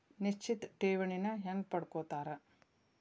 ನಿಶ್ಚಿತ್ ಠೇವಣಿನ ಹೆಂಗ ಪಡ್ಕೋತಾರ